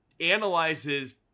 analyzes